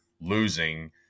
losing